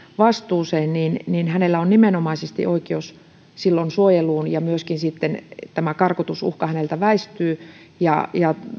vastuuseen on silloin nimenomaisesti oikeus suojeluun ja myöskin sitten karkotusuhka häneltä väistyy ja